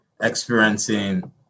experiencing